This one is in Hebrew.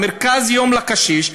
מרכז יום לקשיש,